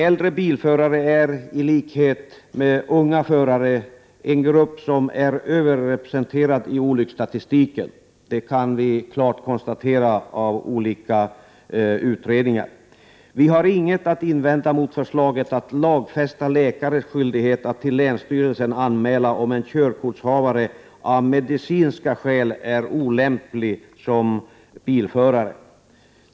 Äldre biiförare är i likhet med unga förare en grupp som är överrepresenterad i olycksstatistiken — det kan vi klart konstatera. Vi har inget att invända mot förslaget att lagfästa läkares skyldighet att till länsstyrelsen anmäla om en körkortshavare av medicinska skäl är olämplig som bilförare.